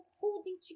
holding